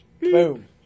Boom